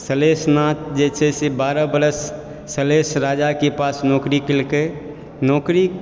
सलहेश नाँच जे छै से बारह बरस सलहश राजाके पास नौकरी केलकै नौकरी